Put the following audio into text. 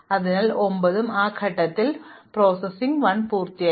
അതിനാൽ 9 ആം ഘട്ടത്തിൽ ഞങ്ങൾ പ്രോസസ്സിംഗ് 1 പൂർത്തിയാക്കി